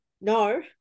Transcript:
No